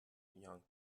young